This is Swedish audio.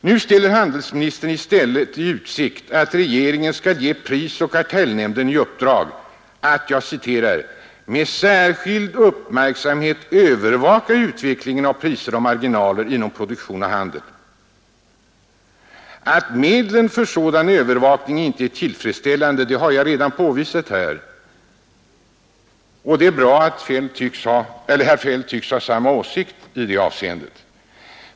Nu ställer handelsministern i utsikt att regeringen skall ge prisoch kartellnämnden i uppdrag att ”med särskild uppmärksamhet övervaka utvecklingen av priser och marginaler inom produktion och handel”. Att medlen för sådan övervakning inte är tillfredsställande har jag redan påvisat. Det är bra att herr Feldt tycks ha samma åsikt i det avseendet.